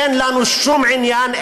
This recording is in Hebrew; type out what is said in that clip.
אין לנו שום עניין,